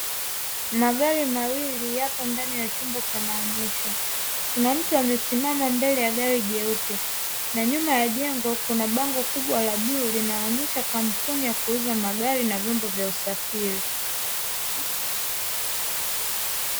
Magari mawili yapo ndani ya chumba cha maonesho, kuna mtu amesimama mbele ya gari jeupe na nyuma ya jengo kuna bango kubwa la bluu, linaloonesha kampuni ya kuuza magari na vyombo vya usafiri.